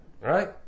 right